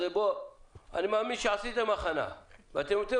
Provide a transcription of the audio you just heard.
אני מאמין שעשיתם הכנה ואתם יותר